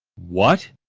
what,